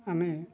ଆମେ